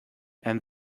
and